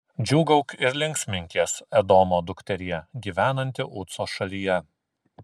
džiūgauk ir linksminkis edomo dukterie gyvenanti uco šalyje